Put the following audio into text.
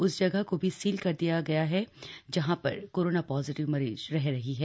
उस जगह को भी सील किया जा रहा है जहां पर कोरोना पॉजिटिव मरीज रह रही है